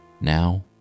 now